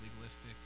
legalistic